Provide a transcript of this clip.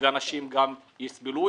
ואנשים גם יסבלו.